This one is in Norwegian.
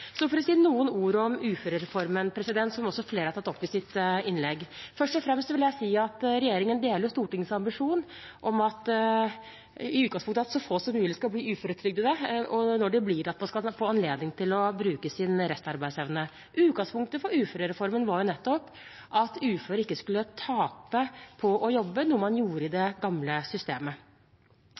Noen ord om uførereformen, som flere har tatt opp i sine innlegg. Først og fremst vil jeg si at regjeringen deler Stortingets ambisjon om at så få som mulig skal bli uføretrygdet i utgangspunktet, og at når noen blir det, skal de få anledning til å bruke sin restarbeidsevne. Utgangspunktet for uførereformen var nettopp at uføre ikke skulle tape på å jobbe, noe man gjorde i det gamle systemet.